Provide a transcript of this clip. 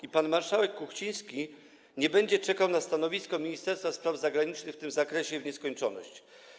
I pan marszałek Kuchciński nie będzie czekał na stanowisko Ministerstwa Spraw Zagranicznych w tym zakresie w nieskończoność.